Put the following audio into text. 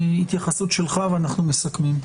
התייחסות שלך ואנו מסכמים.